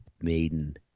Maiden